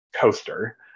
coaster